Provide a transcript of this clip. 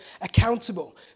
accountable